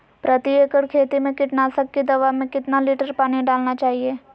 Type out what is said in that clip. प्रति एकड़ खेती में कीटनाशक की दवा में कितना लीटर पानी डालना चाइए?